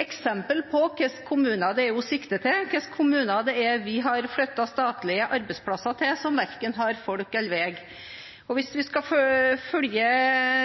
eksempel på hvilke kommuner det er hun sikter til, hvilke kommuner det er vi har flyttet statlige arbeidsplasser til som verken har folk eller vei. Hvis vi skal følge